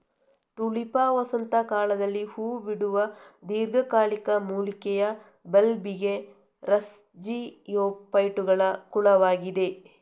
Tulipa ವಸಂತ ಕಾಲದಲ್ಲಿ ಹೂ ಬಿಡುವ ದೀರ್ಘಕಾಲಿಕ ಮೂಲಿಕೆಯ ಬಲ್ಬಿಫೆರಸ್ಜಿಯೋಫೈಟುಗಳ ಕುಲವಾಗಿದೆ